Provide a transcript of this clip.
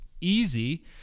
easy